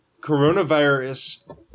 coronavirus